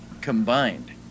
combined